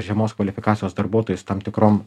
žemos kvalifikacijos darbuotojus tam tikrom